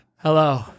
hello